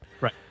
Right